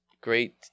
Great